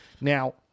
Now